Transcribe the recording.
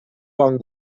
bon